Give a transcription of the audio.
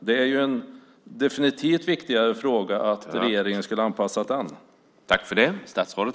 Det är en definitivt viktigare fråga att anpassa det.